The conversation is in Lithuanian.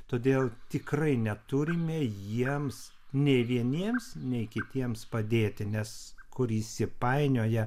todėl tikrai neturime jiems nei vieniems nei kitiems padėti nes kur įsipainioja